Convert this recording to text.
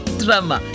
drama